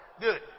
Good